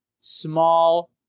small